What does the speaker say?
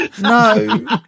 No